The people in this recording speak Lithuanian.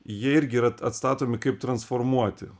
jie irgi yra atstatomi kaip transformuoti